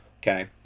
okay